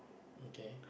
okay